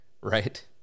Right